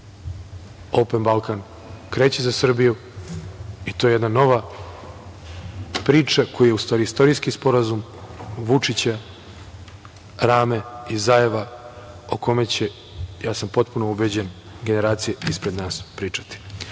Balkan" kreće za Srbiju i to je jedna nova priča koja je u stvari istorijski sporazum Vučića, Rame i Zajeva, o kome će, ja sam potpuno ubeđen, generacije ispred nas pričati. Pozvao